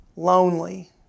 lonely